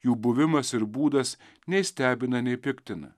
jų buvimas ir būdas nei stebina nei piktina